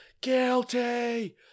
guilty